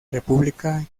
república